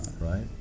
Right